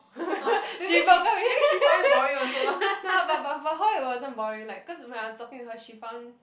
she broke up with him no but but for her it wasn't boring like cause when I was talking to her she found